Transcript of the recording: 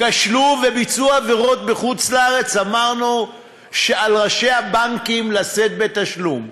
כשלו וביצעו עבירות בחוץ-לארץ אמרנו שעל ראשי הבנקים לשאת בתשלום,